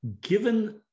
given